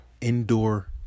Indoor